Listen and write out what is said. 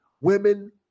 women